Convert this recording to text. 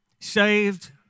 Saved